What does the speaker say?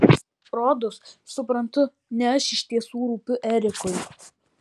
rodos suprantu ne aš iš tiesų rūpiu erikui